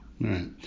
Right